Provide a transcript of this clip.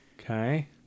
Okay